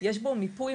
זו העבודה שלי.